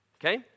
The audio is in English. Okay